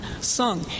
sung